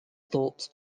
thoughts